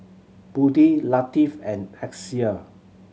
Budi Latif and Amsyar